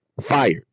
fired